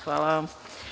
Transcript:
Hvala vam.